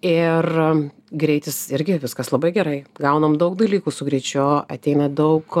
ir greitis irgi viskas labai gerai gaunam daug dalykų su greičiu ateina daug